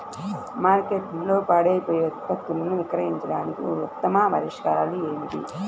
మార్కెట్లో పాడైపోయే ఉత్పత్తులను విక్రయించడానికి ఉత్తమ పరిష్కారాలు ఏమిటి?